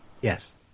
Yes